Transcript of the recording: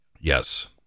Yes